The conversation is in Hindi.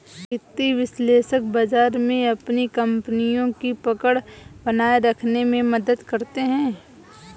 वित्तीय विश्लेषक बाजार में अपनी कपनियों की पकड़ बनाये रखने में मदद करते हैं